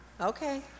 Okay